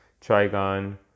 Trigon